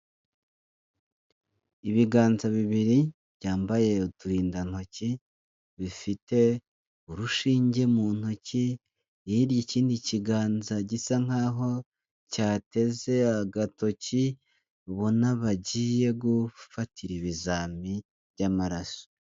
Ibiganza bibiri, byambaye uturindantoki, bifite urushinge mu ntoki ,hirya ikindi kiganza gisa nk'aho cyateze agatoki, Ubona bagiye gufatira ibizami by'amaraso.